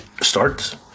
starts